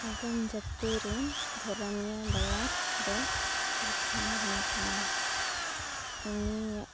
ᱟᱜᱟᱢ ᱡᱟᱹᱛᱤ ᱨᱮᱱ ᱫᱷᱚᱨᱚᱢᱤᱭᱟᱹ ᱵᱟᱭᱟᱨ ᱫᱚ ᱥᱟᱞᱠᱷᱟᱱ ᱢᱩᱨᱢᱩ ᱠᱟᱱᱟᱭ ᱩᱱᱤᱭᱟᱜ